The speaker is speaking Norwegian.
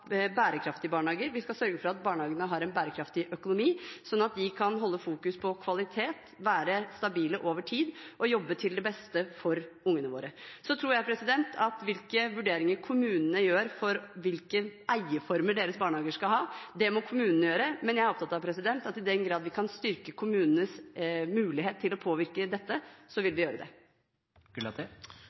barnehager, vi skal sørge for at barnehagene har en bærekraftig økonomi, slik at de kan holde fokus på kvalitet, være stabile over tid og jobbe til det beste for ungene våre. Så tror jeg at vurderingene som kommunene gjør av hvilke eierformer deres barnehager skal ha, det må kommunene gjøre, men jeg er opptatt av at i den grad vi kan styrke kommunenes mulighet til å påvirke dette, så vil vi gjøre det.